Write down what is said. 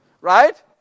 Right